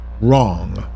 Wrong